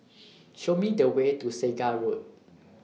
Show Me The Way to Segar Road